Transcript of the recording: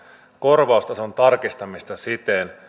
korvausta se on tarkistamista siten